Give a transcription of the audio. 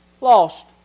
Lost